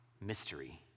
Mystery